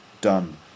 done